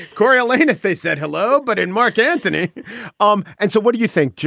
coriolanus, they said hello. but in mark antony um and so what do you think,